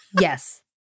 Yes